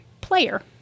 player